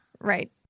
Right